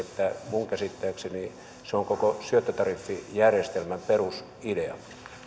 minun käsittääkseni se on koko syöttötariffijärjestelmän perusidea